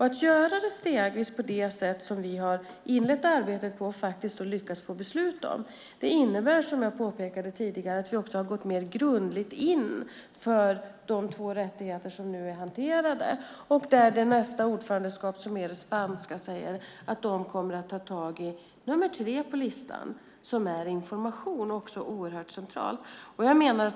Att göra det stegvis på det sätt som vi har inlett arbetet och lyckats få beslut om innebär, som jag påpekade tidigare, att vi har gått mer grundligt in för de två rättigheter som nu är hanterade. Där säger nästa ordförandeskap, som är det spanska, att de kommer att ta tag i nummer 3 på listan, information, som också är oerhört centralt.